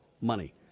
money